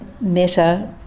meta